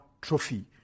trophy